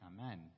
Amen